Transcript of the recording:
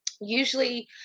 usually